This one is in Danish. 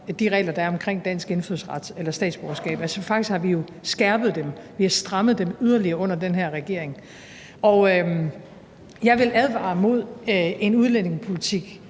de regler, der er omkring dansk indfødsret eller statsborgerskab. Faktisk har vi jo skærpet dem, vi har strammet dem yderligere under den her regering, og jeg vil advare mod en udlændingepolitik,